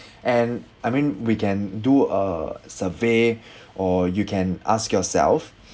and I mean we can do a survey or you can ask yourself